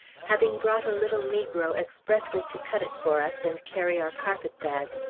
having brought a little negro expressly to cut it for us and carry our carpet-bag.